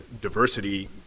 diversity